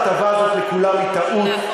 ההטבה הזאת לכולם היא טעות,